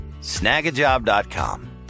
snagajob.com